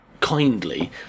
Kindly